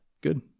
good